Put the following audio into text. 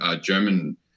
German